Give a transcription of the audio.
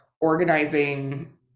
organizing